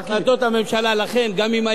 לכן גם אם היה צריך עוד שעה,